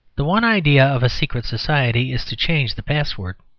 the one idea of a secret society is to change the password.